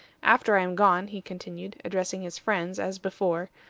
after i am gone, he continued, addressing his friends, as before,